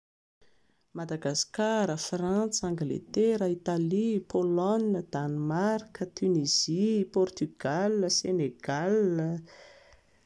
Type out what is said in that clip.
Madagasikara, Frantsa, Angletera, Italia, Pologne, Danemarka, Tunisia, Portugal, Senegal